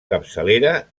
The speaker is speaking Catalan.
capçalera